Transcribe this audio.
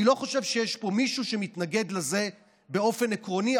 אני לא חושב שיש פה מישהו שמתנגד לזה באופן עקרוני,